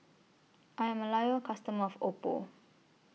I'm A Loyal customer of Oppo